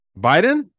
biden